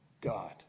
God